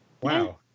Wow